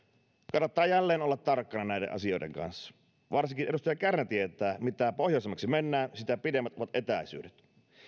kannattaa jälleen olla tarkkana näiden asioiden kanssa varsinkin edustaja kärnä tietää että mitä pohjoisemmaksi mennään sitä pidemmät ovat etäisyydet